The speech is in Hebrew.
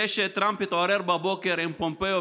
זה שטראמפ התעורר בבוקר עם פומפאו,